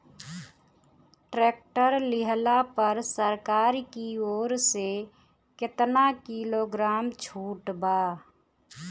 Tractor लिहला पर सरकार की ओर से केतना किलोग्राम छूट बा?